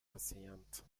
enseignante